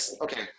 okay